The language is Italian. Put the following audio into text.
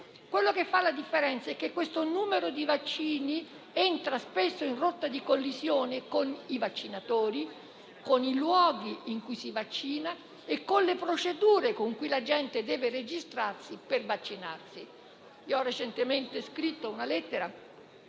Ciò che fa la differenza è che il numero di vaccini entra spesso in rotta di collisione con i vaccinatori, con i luoghi in cui si vaccina e con le procedure con cui la gente si deve registrare per vaccinarsi. Recentemente ho scritto una lettera